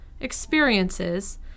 experiences